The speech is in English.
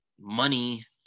money